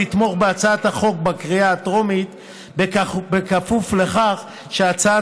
לתמוך בהצעת החוק בקריאה הטרומית בכפוף לכך שההצעה